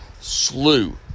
slew